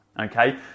okay